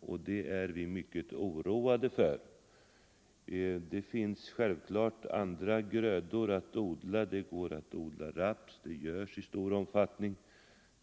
och det är vi mycket oroade av. Det finns självfallet andra grödor att odla; det går att odla raps, och det sker i stor utsträckning.